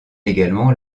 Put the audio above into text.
également